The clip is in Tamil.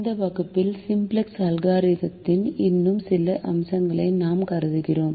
இந்த வகுப்பில் சிம்ப்ளக்ஸ் அல்காரிதத்தின் இன்னும் சில அம்சங்களை நாம் கருதுகிறோம்